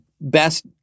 best